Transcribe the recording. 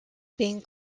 being